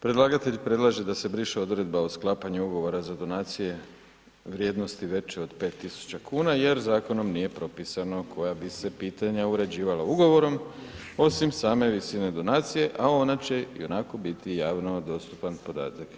Predlagatelj predlaže da se briše odredba o sklapanju ugovora za donacije vrijednosti veće od 5.000,00 kn jer zakonom nije propisano koja bi se pitanja uređivala ugovorom, osim same visine donacije, a ona će ionako biti javno dostupan podatak.